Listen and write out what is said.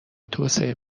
توسعه